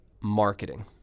marketing